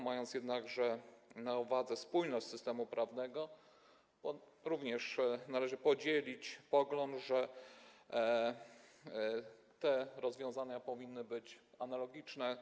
Mając jednakże na uwadze spójność systemu prawnego, również należy podzielić pogląd, że te rozwiązania powinny być analogiczne.